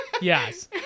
Yes